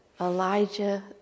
Elijah